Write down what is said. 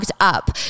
up